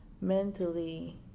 mentally